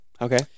okay